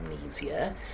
amnesia